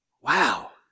Wow